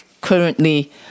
currently